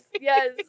Yes